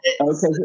Okay